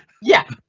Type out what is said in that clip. yeah,